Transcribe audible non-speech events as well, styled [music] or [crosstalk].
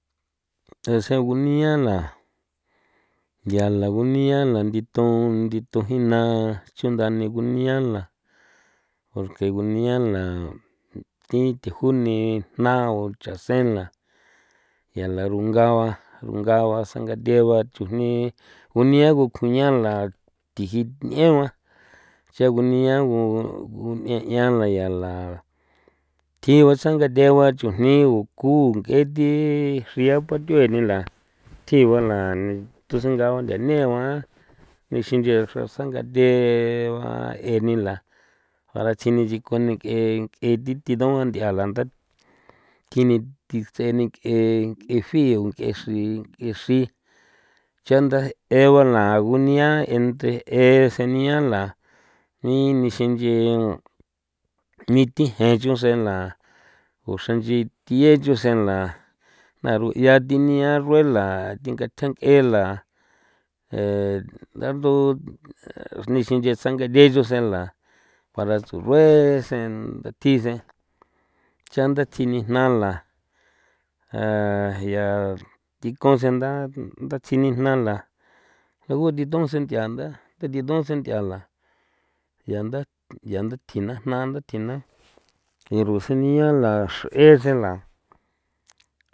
E se gunia la ya la gunia la nditon nditon ji na chunda ni gunia la porque gunia la thi thi june jna o chan sen la ya la runga ba runga ba sangathe ba chujni ngunia gu kunia la thiji n'en ba cha gunia gu gun'ia n'ia ya la ya la thji ba sangathe gua chjuni o ku nk'ethi [noise] xri'a pathue [noise] ni la thji gua la thusinga ba nthane gua [noise] nixi nche xra sangathe ba e ni la ja ra tsji ni sikon ni k'e nk'e thi thi duan nthi'a la nda thji ni thits'e ni ke'e nk'e fiu ng'e xri ng'e xri chan nda e guala gunia entre ese nia la ini sinche [noise] ni thi jen chusen la o xra nch'i thiye chusen la jnaru ya thi nia rue'e la thi gatjan nk'e la [hesitation] nda ndu nixi nge sa nk'e ri chusen la para tsu rue'e seen ndathi sen chan nda thi ni jna la [noise] yaa thi kon sen nda nda tsji ni jna la a guthi thon sen nth'ia nda ta thi thon sen nth'ia la ya nda [noise] ya nda thjina jna nda tjina [noise] e rusen nia la xr'e xe la.